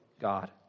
God